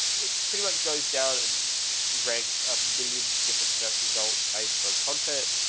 it pretty much goes down in ranks of million different search results based on content,